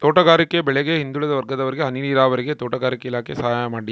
ತೋಟಗಾರಿಕೆ ಬೆಳೆಗೆ ಹಿಂದುಳಿದ ವರ್ಗದವರಿಗೆ ಹನಿ ನೀರಾವರಿಗೆ ತೋಟಗಾರಿಕೆ ಇಲಾಖೆ ಸಹಾಯ ಮಾಡ್ಯಾರ